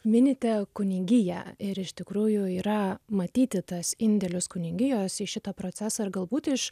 minite kunigiją ir iš tikrųjų yra matyti tas indėlis kunigijos į šitą procesą ir galbūt iš